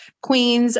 queens